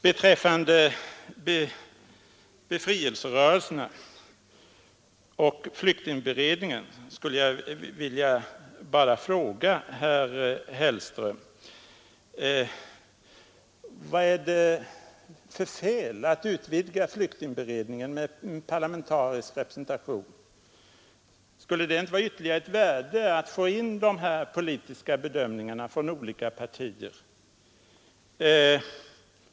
Beträffande befrielserörelserna och flyktingberedningen skulle jag bara vilja fråga herr Hellström: Vad är det för fel med att utvidga flyktingberedningen med parlamentarisk representation? Skulle det inte vara av ytterligare värde att få in de här politiska bedömningarna från olika partier?